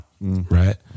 right